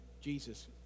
Jesus